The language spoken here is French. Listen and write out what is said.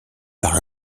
par